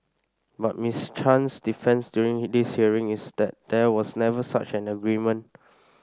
but Miss Chan's defence during this hearing is that there was never such an agreement